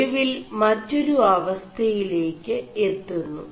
ഒടുവിൽ മൊരു അവയിേല ് എøുMു